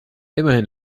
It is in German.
immerhin